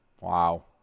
Wow